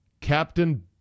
Captain